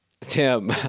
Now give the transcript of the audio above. Tim